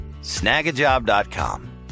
snagajob.com